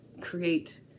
create